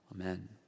amen